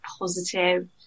positive